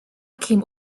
came